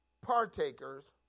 partakers